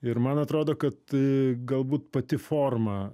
ir man atrodo kad galbūt pati forma